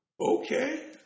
Okay